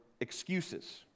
excuses